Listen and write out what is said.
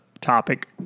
topic